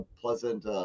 pleasant